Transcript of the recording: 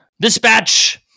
Dispatch